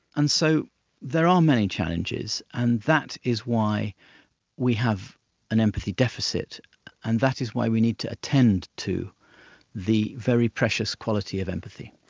and so there are many challenges, and that is why we have an empathy deficit and that is why we need to attend to the very precious quality of empathy.